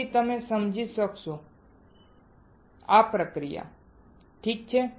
પછી તમે સમજી શકશો ઠીક છે